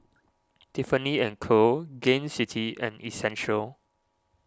Tiffany and Co Gain City and Essential